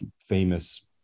famous